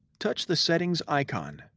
touch the settings icon.